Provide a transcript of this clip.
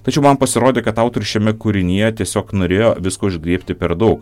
tačiau man pasirodė kad autorius šiame kūrinyje tiesiog norėjo visko užgriebti per daug